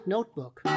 notebook